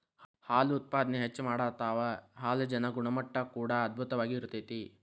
ಹಾಲು ಉತ್ಪಾದನೆ ಹೆಚ್ಚ ಮಾಡತಾವ ಹಾಲಜನ ಗುಣಮಟ್ಟಾ ಕೂಡಾ ಅಧ್ಬುತವಾಗಿ ಇರತತಿ